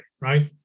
right